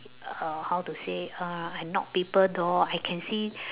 uh how to say uh I knock people door I can see